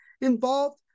involved